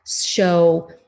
show